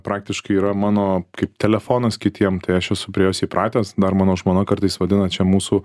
praktiškai yra mano kaip telefonas kitiem tai aš esu prie jos įpratęs dar mano žmona kartais vadina čia mūsų